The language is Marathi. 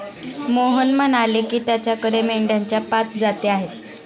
मोहन म्हणाले की, त्याच्याकडे मेंढ्यांच्या पाच जाती आहेत